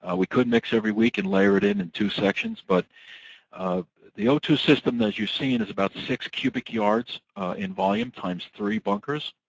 ah we could mix every week and layer it in in two sections. but um the o two system as you're seeing is about six cubic yards in volume, times three bunkers.